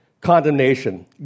condemnation